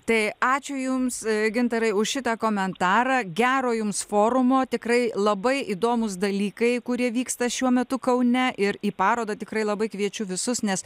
tai ačiū jums gintarai už šitą komentarą gero jums forumo tikrai labai įdomūs dalykai kurie vyksta šiuo metu kaune ir į parodą tikrai labai kviečiu visus nes